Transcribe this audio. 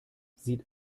sieht